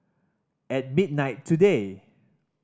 at midnight today